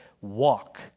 walk